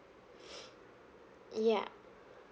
yup